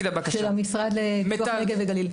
של המשרד לפיתוח נגב וגליל.